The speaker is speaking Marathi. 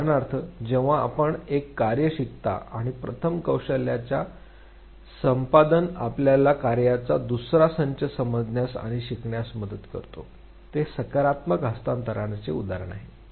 उदाहरणार्थ जेव्हा आपण एक कार्य शिकता आणि प्रथम कौशल्याचा संपादन आपल्याला कार्येचा दुसरा संच समजण्यास आणि शिकण्यास मदत करते जे सकारात्मक हस्तांतरणाचे उदाहरण आहे